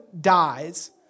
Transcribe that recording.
dies